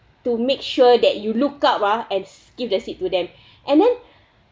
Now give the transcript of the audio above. to make sure that you look up ah and give the seat to them and then